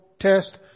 test